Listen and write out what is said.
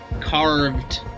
carved